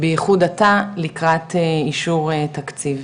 ובייחוד עתה לקראת אישור תקציב,